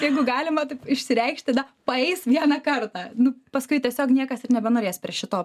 jeigu galima taip išsireikšt tada paeis vieną kartą nu paskui tiesiog niekas ir nebenorės prie šito